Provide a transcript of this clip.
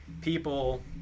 people